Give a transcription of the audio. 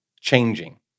changing